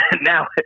now